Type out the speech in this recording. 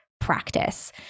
practice